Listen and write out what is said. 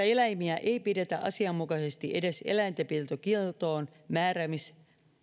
eläimiä ei pidetä asianmukaisesti edes eläintenpitokieltoon